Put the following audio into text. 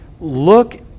look